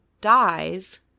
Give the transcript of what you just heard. dies